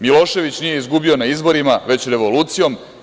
Milošević nije izgubio na izborima već revolucijom.